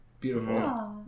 Beautiful